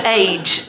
age